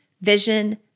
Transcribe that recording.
vision